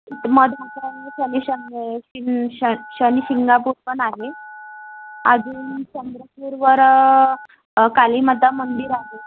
शनी शन शनी शिंगणापूर पण आहे अजून चंद्रपूरवर कालीमाता मंदिर आहे